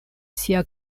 sia